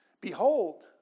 Behold